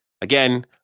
Again